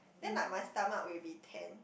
then like my stomach will be tan